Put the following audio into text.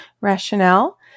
Rationale